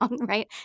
right